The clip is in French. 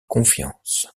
confiance